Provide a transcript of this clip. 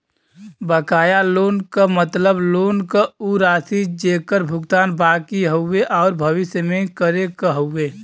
बकाया लोन क मतलब लोन क उ राशि जेकर भुगतान बाकि हउवे आउर भविष्य में करे क हउवे